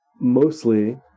mostly